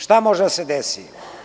Šta može da se desi?